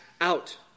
out